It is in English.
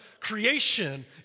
creation